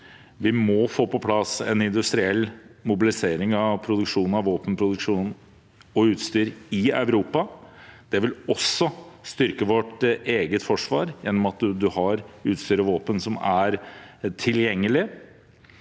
Vi må få på plass en industriell mobilisering av produksjon av våpen og utstyr i Europa. Det vil også styrke vårt eget forsvar, gjennom at man har utstyr og våpen som er tilgjengelig